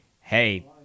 hey